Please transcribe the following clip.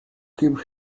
keep